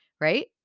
right